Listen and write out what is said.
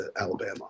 Alabama